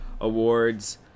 awards